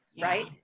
right